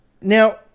Now